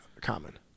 common